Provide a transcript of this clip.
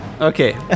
okay